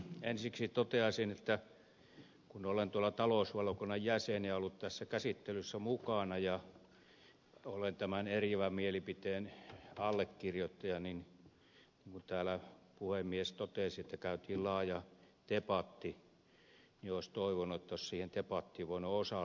ensiksi toteaisin että kun olen talousvaliokunnan jäsen ja ollut tässä käsittelyssä mukana ja olen tämän eriävän mielipiteen allekirjoittaja ja kun puhemies totesi että käytiin laaja debatti niin olisi toivonut että olisi siihen debattiin voinut osallistua